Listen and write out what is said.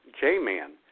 J-Man